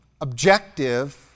objective